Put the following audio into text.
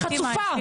חצופה.